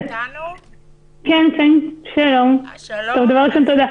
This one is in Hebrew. אודלי-ה, ארגון בזכות, בבקשה.